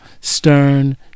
Stern